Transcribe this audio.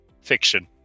fiction